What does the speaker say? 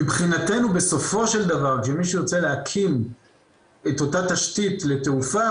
מבחינתנו בסופו של דבר כי מי שרוצה להקים את אותה תשתית לתעופה,